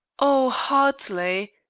o hartley!